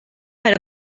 per